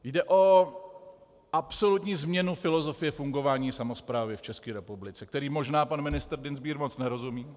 Jde o absolutní změnu filozofie fungování samosprávy v České republice, které možná pan ministr Dienstbier moc nerozumí.